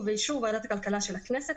ובאישור ועדת הכלכלה של הכנסת,